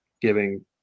giving